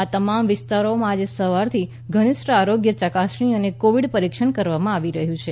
આ તમામ વિસ્તારોમાં આજે સવારથી ઘનિષ્ઠ આરોગ્ય યકાસણી અને કોવિડ પરીક્ષણ કરવામાં આવી રહ્યું છે